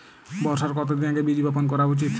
বর্ষার কতদিন আগে বীজ বপন করা উচিৎ?